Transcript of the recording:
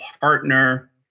partner